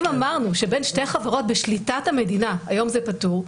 אם אמרנו שבין שתי חברות בשליטת המדינה היום זה פטור,